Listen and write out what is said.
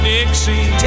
Dixie